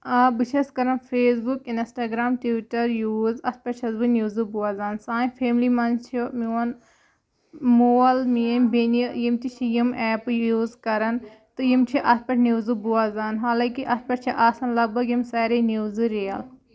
آ بہٕ چھٮ۪س کَران Facebook Instagram Twitter use اَتھ پٮ۪ٹھ چھٮ۪س بہٕ نِوزٕ بوزان سانہِ فیملی منٛز چھِ میون مول میٛٲنۍ بیٚنہِ یِم تہِ چھِ یِم ایپہٕ یوٗز کَران تہٕ یِم چھِ اَتھ پٮ۪ٹھ نِوزٕ بوزان حالانٛکہِ اَتھ پٮ۪ٹھ چھِ آسان لگ بگ یِم سارے نِوزٕ رِیَل